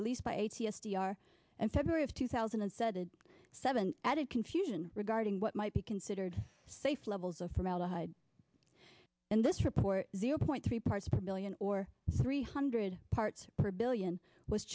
released by eighty s t r and february of two thousand and seven seven added confusion regarding what might be considered safe levels of formaldehyde in this report zero point three parts per million or three hundred parts per billion was